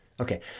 Okay